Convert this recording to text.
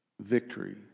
Victory